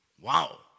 Wow